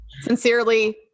Sincerely